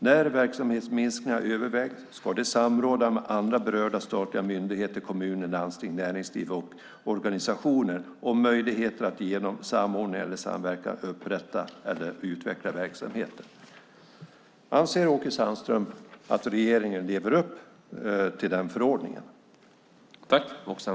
När verksamhetsminskningar övervägs ska de samråda med andra berörda statliga myndigheter, kommuner, landsting, näringsliv och organisationer om möjligheter att genom samordning eller samverkan upprätta eller utveckla verksamheten. Anser Åke Sandström att regeringen lever upp till den förordningen?